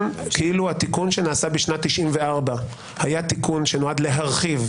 התיקון שנעשה בשנת 1994 היה תיקון שנועד להרחיב,